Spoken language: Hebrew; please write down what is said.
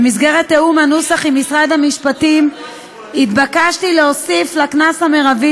במסגרת תיאום הנוסח עם משרד המשפטים התבקשתי להוסיף לקנס המרבי